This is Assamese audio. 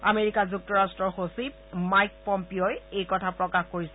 আমেৰিকা যুক্তৰাট্টৰ সচিব মাইক পম্পিঅ'ই এই কথা প্ৰকাশ কৰিছে